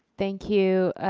thank you,